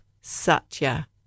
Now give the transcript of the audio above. satya